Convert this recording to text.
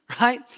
right